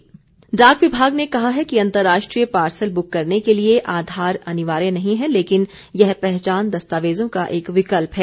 डाक विमाग आघार डाक विमाग ने कहा है कि अंतर्राष्ट्रीय पार्सल बुक करने के लिए आधार अनिवार्य नहीं है लेकिन यह पहचान दस्तावेजों का एक विकल्प है